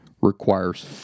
requires